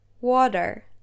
Water